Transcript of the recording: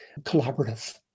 collaborative